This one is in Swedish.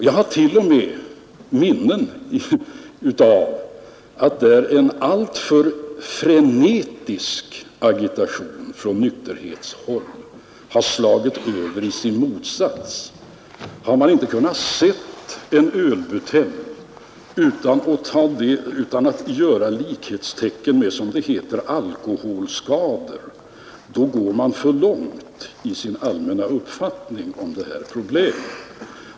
Jag har t.o.m. minnen av att en alltför frenetisk agitation från nykterhetshåll har slagit över i sin motsats. Kan man inte se en ölbutelj utan att sätta likhetstecken med, som det heter, alkoholskador, då går man för långt i sin allmänna uppfattning om det här problemet.